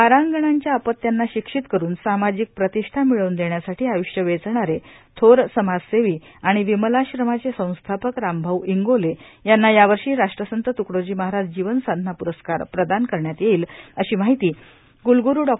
वारांगणांच्या अपत्यांना शिक्षित करून सामाजिक प्रतिष्ठा मिळवून देण्यासाठी आय्ष्य वेचणारे थोर समाजसेवी आणि विमलाश्रमाचे संस्थापक रामभाऊ इंगोले यांना यावर्षी राष्ट्रसंत त्कडोजी महाराज जीवनसाधना प्रस्कार प्रदान करण्यात येईल अशी माहिती क्लग्रू डॉ